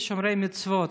שומרי מצוות.